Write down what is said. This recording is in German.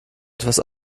etwas